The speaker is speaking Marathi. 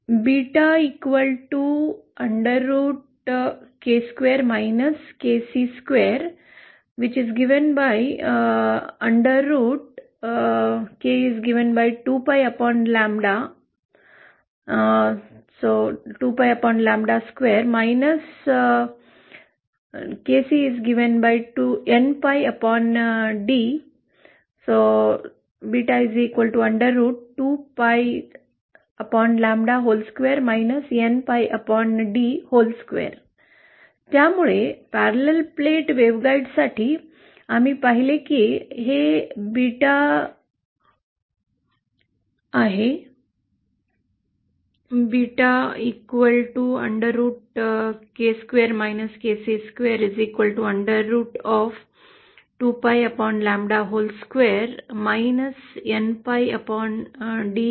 त्यामुळे समांतर प्लेट वेव्हगाईड साठीही आम्ही पाहिले की beta k square k c square आणि मग k 2pi upon lambda whole square म्हणून दिले जाते केसी npi अपॉन d द्वारे दिले जाते